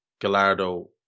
Gallardo